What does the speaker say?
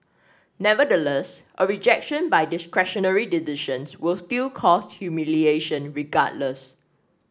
nevertheless a rejection by discretionary decisions will still cause humiliation regardless